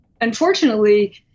unfortunately